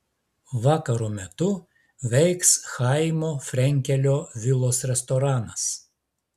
vakaro metu veiks chaimo frenkelio vilos restoranas